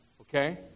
okay